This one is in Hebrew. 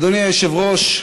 אדוני היושב-ראש,